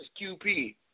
QP